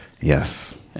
Yes